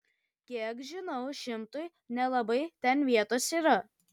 kiek žinau šimtui nelabai ten vietos yra